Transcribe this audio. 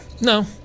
No